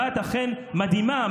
הבת אכן מדהימה,